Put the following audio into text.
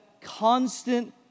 constant